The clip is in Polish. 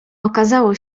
okazało